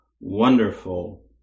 wonderful